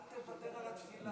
אל תוותר על התפילה.